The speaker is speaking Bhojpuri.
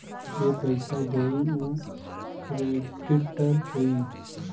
जे पइसा देई उ क्रेडिटर होई